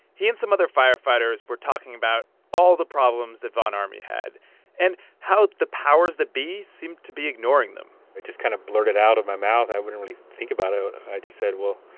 he and some other firefighters were talking about all the problems that von ormy had and how the powers that be seemed to be ignoring them it just kind of blurted out of my mouth. i wouldn't really think about it. ah i just said, well,